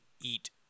eat